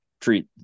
treat